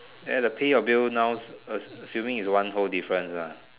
there the pay a bill now as~ assuming is one whole difference ah